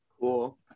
Cool